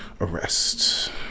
arrest